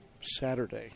Saturday